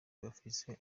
bafise